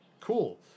cool